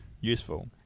Useful